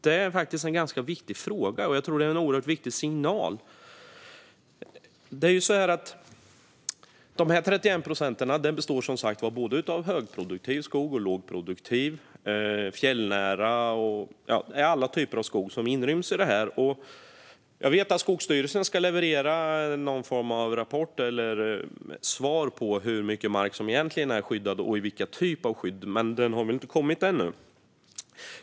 Det är faktiskt en ganska viktig fråga, och jag tror att det är fråga om en oerhört viktig signal. De här 31 procenten består som sagt av både högproduktiv och lågproduktiv skog, även fjällnära - alla typer av skog inryms. Jag vet att Skogsstyrelsen ska leverera någon form av rapport eller svar på hur mycket mark som egentligen är skyddad och vilken typ av skydd det är, men den har inte kommit ännu.